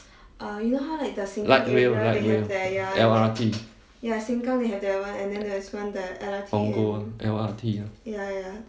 light rail light rail L_R_T punggol L_R_T uh